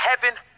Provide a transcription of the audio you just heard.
heaven